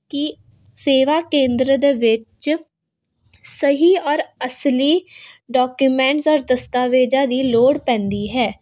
ਕਿ ਸੇਵਾ ਕੇਂਦਰ ਦੇ ਵਿੱਚ ਸਹੀ ਔਰ ਅਸਲੀ ਡਾਕੂਮੈਂਟਸ ਔਰ ਦਸਤਾਵੇਜਾਂ ਦੀ ਲੋੜ ਪੈਂਦੀ ਹੈ